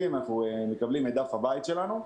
דף הבית שלנו.